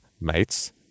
mates